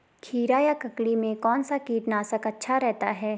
खीरा या ककड़ी में कौन सा कीटनाशक अच्छा रहता है?